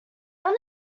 only